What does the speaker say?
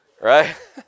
right